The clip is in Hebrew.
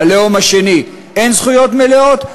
ללאום השני אין זכויות מלאות,